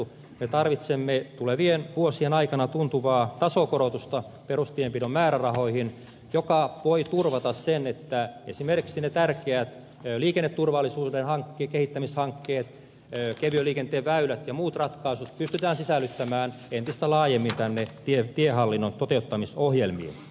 me tarvitsemme tulevien vuosien aikana tuntuvaa tasokorotusta perustienpidon määrärahoihin mikä voi turvata sen että esimerkiksi ne tärkeät liikenneturvallisuuden kehittämishankkeet kevyen liikenteen väylät ja muut ratkaisut pystytään sisällyttämään entistä laajemmin näihin tiehallinnon toteuttamisohjelmiin